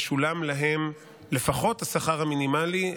ישולם להם לפחות השכר המינימלי.